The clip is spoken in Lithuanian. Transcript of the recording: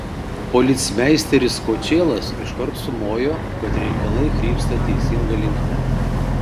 policmeisteris kočėlas iškart sumojo kad reikalai krypsta teisinga linkme